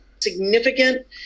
Significant